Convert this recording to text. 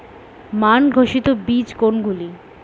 মান ঘোষিত বীজ কোনগুলি?